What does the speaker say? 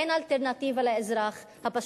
אין אלטרנטיבה לאזרח הפשוט,